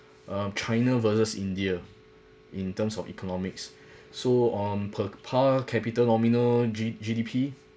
um china versus india in terms of economics so on per pa~ capital nominal G G_D_P